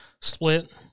split